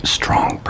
strong